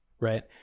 right